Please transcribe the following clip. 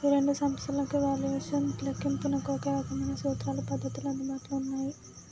ఈ రెండు సంస్థలకు వాల్యుయేషన్ లెక్కింపునకు ఒకే రకమైన సూత్రాలు పద్ధతులు అందుబాటులో ఉన్నాయి